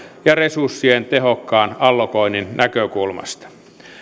ja resurssien tehokkaan allokoinnin näkökulmasta